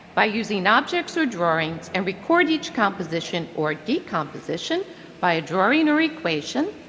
by using ah obj ects or drawings and record each composition or decomposition by a drawing or equation.